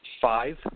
five